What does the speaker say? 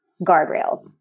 guardrails